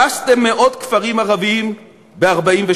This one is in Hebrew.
הרסתם מאות כפרים ערביים ב-1948.